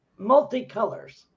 multicolors